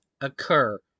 occur